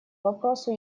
вопросу